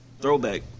throwback